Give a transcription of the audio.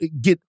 get